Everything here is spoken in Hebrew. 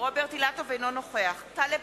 אינו נוכח טלב